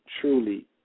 truly